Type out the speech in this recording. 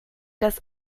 das